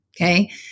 Okay